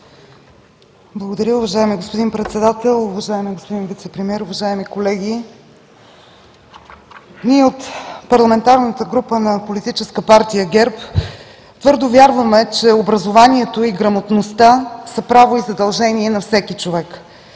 Благодаря, уважаеми господин Председател. Уважаеми господин Вицепремиер, уважаеми колеги! Ние от парламентарната група на Политическа партия ГЕРБ, твърдо вярваме, че образованието и грамотността са право и задължение на всеки човек.